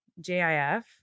J-I-F